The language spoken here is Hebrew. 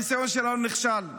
הניסיון שלנו נכשל.